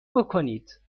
بکنید